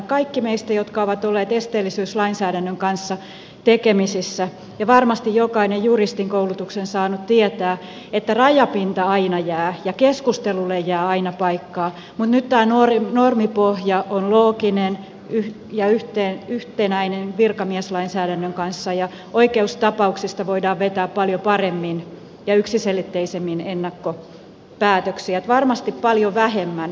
jokainen meistä joka on ollut esteellisyyslainsäädännön kanssa tekemisissä ja varmasti jokainen juristin koulutuksen saanut tietää että rajapinta aina jää ja keskustelulle jää aina paikkaa mutta nyt tämä normipohja on looginen ja yhtenäinen virkamieslainsäädännön kanssa ja oikeustapauksista voidaan vetää paljon paremmin ja yksiselitteisemmin ennakkopäätöksiä niin että varmasti paljon vähemmän keskustelua aiheutuu